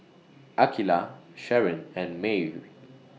Akeelah Sharen and Maeve